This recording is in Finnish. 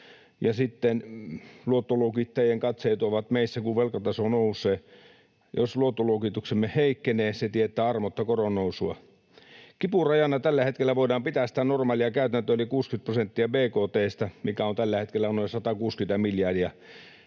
ja sitten luottoluokittajien katseet ovat meissä, kun velkataso nousee. Jos luottoluokituksemme heikkenee, se tietää armotta koronnousua. Kipurajana tällä hetkellä voidaan pitää sitä normaalia käytäntöä eli 60:tä prosenttia bkt:stä, mikä on tällä hetkellä noin 160 miljardia.